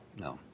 No